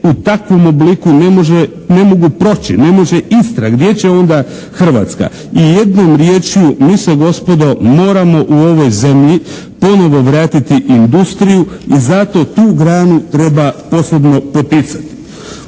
u takvom obliku ne mogu proći, ne može Istra, gdje će onda Hrvatska? I jednom riječju mi se gospodo moramo u ovoj zemlji ponovo vratiti industriju i zato tu granu treba posebno poticati.